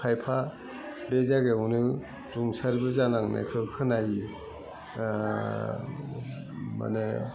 खायफा बे जायगायावनो रुंसारिबो जानांनायखौ खोनायो माने